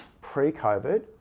pre-COVID